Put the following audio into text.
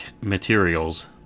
materials